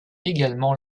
également